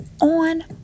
on